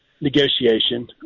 negotiation